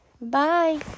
Bye